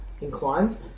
inclined